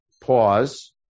pause